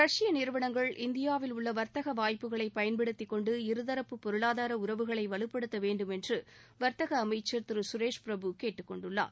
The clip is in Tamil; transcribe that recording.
ரஷ்ய நிறுவனங்கள் இந்தியாவில் உள்ள வா்த்தக வாய்ப்புகளை பயன்படுத்திக்கொண்டு இருதரப்பு பொருளாதார உறவுகளை வலுப்படுத்தவேண்டும் என்று வா்த்தக அமைச்சர் திரு சுரேஷ் பிரபு கேட்டுக்கொண்டுள்ளார்